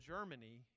Germany